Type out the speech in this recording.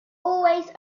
always